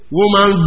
woman